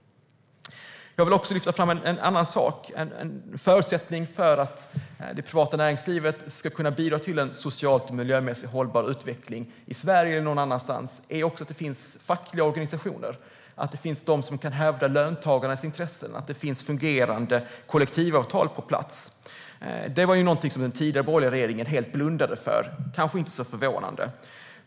En förutsättning för att det privata näringslivet ska kunna bidra till en socialt och miljömässigt hållbar utveckling i Sverige eller någon annanstans är att det finns fackliga organisationer som kan hävda löntagarnas intressen och att det finns fungerande kollektivavtal på plats. Detta blundade den borgerliga regeringen helt för, vilket kanske inte var så förvånande.